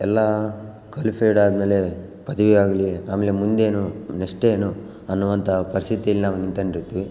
ಎಲ್ಲ ಕಾಲಿಫೈಡ್ ಆದಮೇಲೆ ಪದವಿಯಾಗಲಿ ಆಮೇಲೆ ಮುಂದೇನು ನೆಕ್ಸ್ಟೆನು ಅನ್ನೋವಂಥ ಪರಿಸ್ಥಿತಿಯಲ್ಲಿ ನಾವು ನಿತ್ಕೊಂಡಿರ್ತೀವಿ